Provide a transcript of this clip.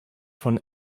von